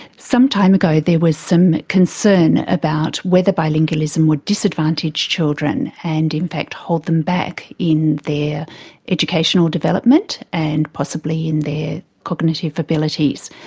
some time ago there was some concern about whether bilingualism would disadvantage children and in fact hold them back in their educational development and possibly in their cognitive abilities.